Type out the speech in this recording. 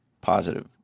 positive